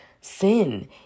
sin